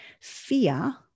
fear